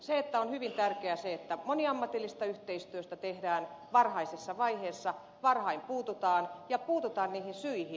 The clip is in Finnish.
se on hyvin tärkeää että moniammatillista yhteistyötä tehdään varhaisessa vaiheessa varhain puututaan ja puututaan niihin syihin